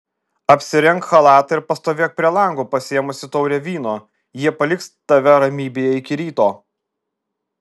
apsirenk chalatą ir pastovėk prie lango pasiėmusi taurę vyno jie paliks tave ramybėje iki ryto